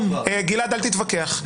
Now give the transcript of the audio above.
גלעד, אל תתווכח.